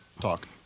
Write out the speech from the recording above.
talk